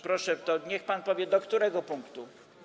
Proszę, niech pan powie, do którego punktu.